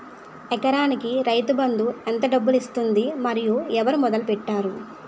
ఎకరానికి రైతు బందు ఎంత డబ్బులు ఇస్తుంది? మరియు ఎవరు మొదల పెట్టారు?